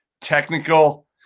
technical